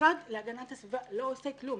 המשרד להגנת הסביבה לא עושה כלום,